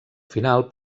final